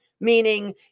meaning